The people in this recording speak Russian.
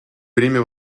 бремя